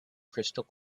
crystal